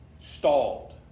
stalled